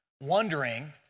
wondering